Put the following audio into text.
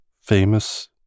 famous